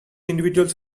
individuals